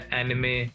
anime